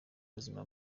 ubuzima